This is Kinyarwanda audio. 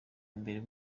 mbere